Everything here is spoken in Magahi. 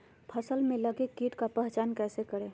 फ़सल में लगे किट का पहचान कैसे करे?